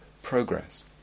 Progress